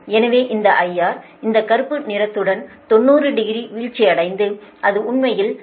எனவே இந்த IR இந்த கருப்பு நிறத்துடன் 90 டிகிரி வீழ்ச்சியடைந்தது அது உண்மையில் IXL